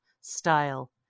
style